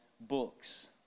books